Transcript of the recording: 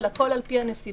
אבל הכול על פי הנסיבות,